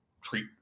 treat